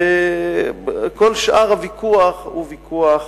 כל שאר הוויכוח הוא ויכוח